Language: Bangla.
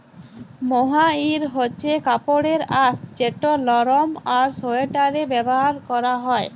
মোহাইর হছে কাপড়ের আঁশ যেট লরম আর সোয়েটারে ব্যাভার ক্যরা হ্যয়